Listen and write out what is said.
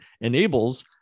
enables